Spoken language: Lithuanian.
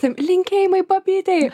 taip linkėjimai babytei